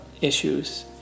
issues